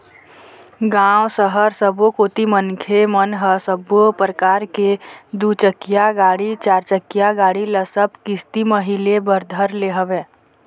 गाँव, सहर सबो कोती मनखे मन ह सब्बो परकार के दू चकिया गाड़ी, चारचकिया गाड़ी ल सब किस्ती म ही ले बर धर ले हवय